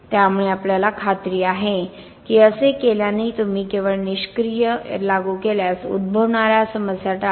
त्यामुळे आपल्याला खात्री आहे की असे केल्याने तुम्ही केवळ निष्क्रिय ३८३९ लागू केल्यास उद्भवणाऱ्या समस्या टाळता